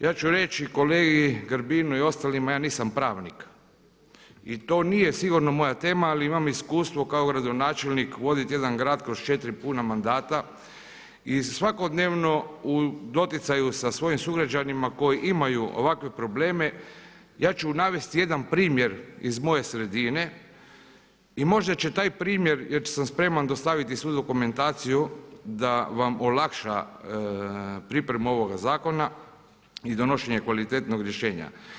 Ja ću reći kolegi Grbinu i ostalima ja nisam pravnik i to nije sigurno moja tema, ali imam iskustvo kao gradonačelnik voditi jedan grad kroz 4 puna mandata i svakodnevno u doticaju sa svojim sugrađanima koji imaju ovakve probleme ja ću navesti jedan primjer iz moje sredine i možda će taj primjer, jer sam spreman dostaviti svu dokumentaciju da vam olakša pripremu ovoga zakona i donošenje kvalitetnog rješenja.